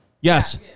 Yes